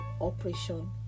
operation